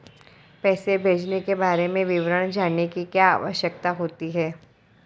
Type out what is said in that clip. पैसे भेजने के बारे में विवरण जानने की क्या आवश्यकता होती है?